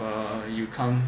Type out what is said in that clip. uh you come